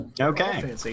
Okay